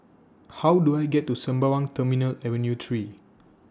How Do I get to Sembawang Terminal Avenue three